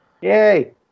Yay